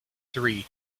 three